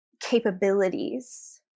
capabilities